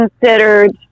considered